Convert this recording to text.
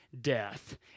death